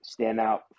standout